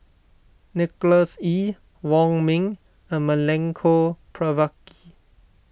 Nicholas Ee Wong Ming and Milenko Prvacki